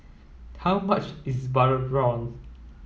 how much is butter prawn